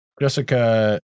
jessica